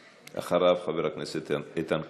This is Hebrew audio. אדוני, ואחריו, חבר הכנסת איתן כבל,